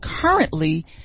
currently